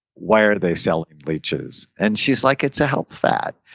why are they selling leeches? and she's like, it's a health fad.